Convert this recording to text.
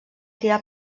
tirar